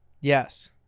Yes